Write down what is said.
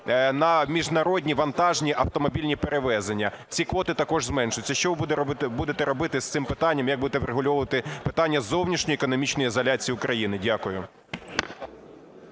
на міжнародні вантажні, автомобільні перевезення, ці квоти також зменшуються. Що ви будете робити з цим питанням, як будете врегульовувати питання зовнішньої економічної ізоляції України? Дякую.